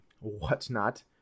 whatnot